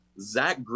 Zach